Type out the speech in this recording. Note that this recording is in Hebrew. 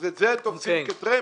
אז את זה תופסים כטרמפ?